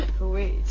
Wait